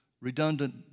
redundant